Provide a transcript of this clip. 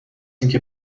اینکه